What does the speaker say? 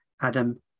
Adam